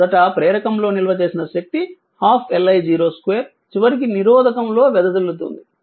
మొదట ప్రేరకంలో నిల్వ చేసిన శక్తి 12 L I0 2 చివరికి నిరోధకంలో వెదజల్లుతుంది